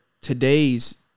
today's